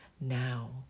now